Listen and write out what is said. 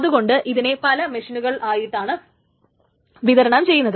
അതു കൊണ്ട് ഇതിനെ പല മെഷീനുകളിലായിട്ടാണ് വിതരണം ചെയ്തിരിക്കുന്നത്